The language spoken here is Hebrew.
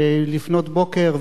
ולפנות בוקר,